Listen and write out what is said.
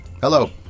Hello